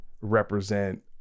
represent